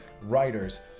writers